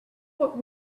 what